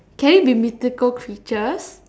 can it be mythical creatures